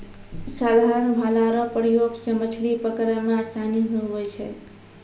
साधारण भाला रो प्रयोग से मछली पकड़ै मे आसानी हुवै छै